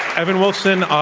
evan wolfson,